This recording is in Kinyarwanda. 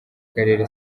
karere